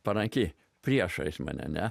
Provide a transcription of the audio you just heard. paranki priešais mane ne